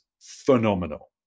phenomenal